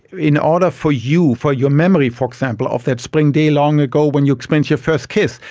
in order for you, for your memory for example, of that spring day long ago when you experienced your first kiss,